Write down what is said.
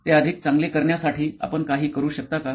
ते अधिक चांगले करण्यासाठी आपण काही करू शकता का